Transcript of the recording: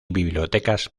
bibliotecas